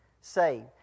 saved